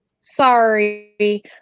Sorry